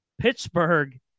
Pittsburgh